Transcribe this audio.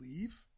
leave